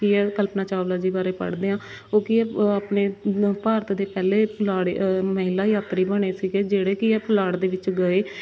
ਕੀ ਹੈ ਕਲਪਨਾ ਚਾਵਲਾ ਜੀ ਬਾਰੇ ਪੜ੍ਹਦੇ ਹਾਂ ਉਹ ਕੀ ਹੈ ਆਪਣੇ ਭਾਰਤ ਦੇ ਪਹਿਲੇ ਪੁਲਾੜ ਮਹਿਲਾ ਯਾਤਰੀ ਬਣੇ ਸੀਗੇ ਜਿਹੜੇ ਕੀ ਹੈ ਪਲਾੜ ਦੇ ਵਿੱਚ ਗਏ